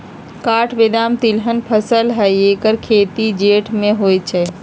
काठ बेदाम तिलहन फसल हई ऐकर खेती जेठ में होइ छइ